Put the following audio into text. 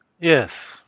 Yes